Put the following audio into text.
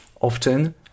Often